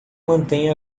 mantém